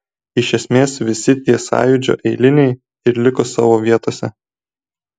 iš esmės visi tie sąjūdžio eiliniai ir liko savo vietose